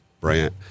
Brant